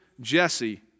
Jesse